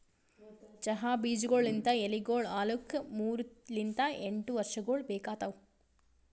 ಚಹಾ ಬೀಜಗೊಳ್ ಲಿಂತ್ ಎಲಿಗೊಳ್ ಆಲುಕ್ ಮೂರು ಲಿಂತ್ ಎಂಟು ವರ್ಷಗೊಳ್ ಬೇಕಾತವ್